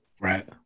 right